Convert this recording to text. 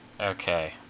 Okay